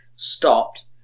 stopped